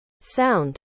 sound